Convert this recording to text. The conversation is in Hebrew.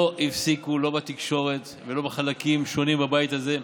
לא הפסיקו, לא בתקשורת ולא בחלקים שונים בבית הזה,